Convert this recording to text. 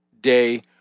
day